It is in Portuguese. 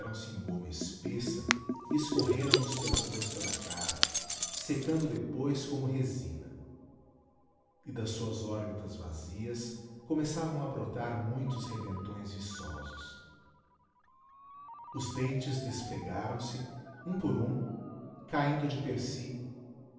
goma espessa e escorreram nos pela crosta da cara secando depois como resina e das suas órbitas vazias começavam a brotar muitos rebentões viçosos os dentes despregaram se um por um caindo de per